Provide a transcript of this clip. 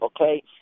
okay